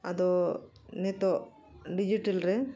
ᱟᱫᱚ ᱱᱤᱛᱳᱜ ᱰᱤᱡᱤᱴᱟᱞ ᱨᱮ